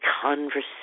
conversation